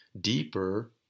deeper